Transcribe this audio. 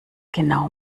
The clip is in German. genau